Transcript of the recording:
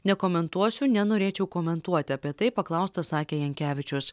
nekomentuosiu nenorėčiau komentuoti apie tai paklaustas sakė jankevičius